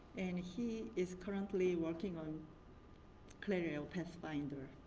and he is currently working on clarreo pathfinder.